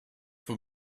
for